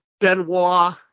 Benoit